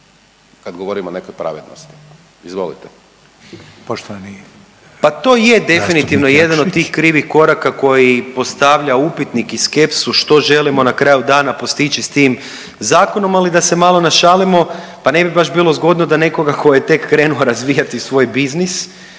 zastupnik Jakšić. **Jakšić, Mišel (SDP)** Pa to i je definitivno jedan od tih krivih koraka kji postavlja upitnik i skepsu što želimo na kraju dana postići s tim zakonom, ali da se malo našalimo, pa ne bi baš bilo zgodno da nekoga ko je tek krenuo razvijati svoj biznis